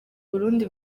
burundi